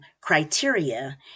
criteria